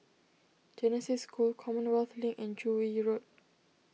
Genesis School Commonwealth Link and Joo Yee Road